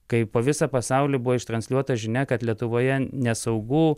kai po visą pasaulį buvo transliuota žinia kad lietuvoje nesaugu